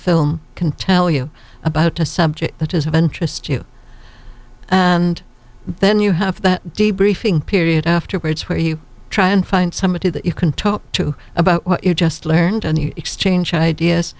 film can tell you about a subject that is of interest you and then you have that debriefing period afterwards where you try and find somebody that you can talk to about what you just learned and you exchange ideas